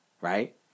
right